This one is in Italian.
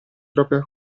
propria